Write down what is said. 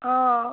ହଁ